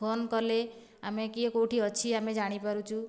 phone କଲେ ଆମେ କିଏ କେଉଁଠି ଅଛି ଆମେ ଜାଣିପାରୁଛୁ